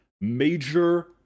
major